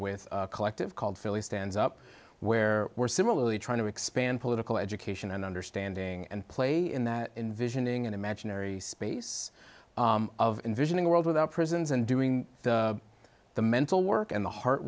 with a collective called philly stands up where we're similarly trying to expand political education and understanding and play in the visioning an imaginary space of envisioning a world without prisons and doing the mental work and the har